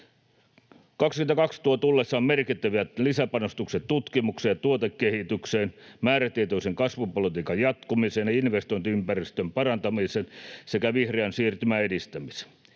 22 tuo tullessaan merkittävät lisäpanostukset tutkimukseen ja tuotekehitykseen, määrätietoisen kasvupolitiikan jatkumiseen ja investointiympäristön parantamiseen sekä vih-reän siirtymän edistämiseen.